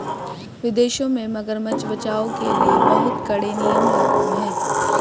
विदेशों में मगरमच्छ बचाओ के लिए बहुत कड़े नियम लागू हैं